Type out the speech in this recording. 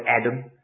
Adam